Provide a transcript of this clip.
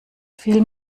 viel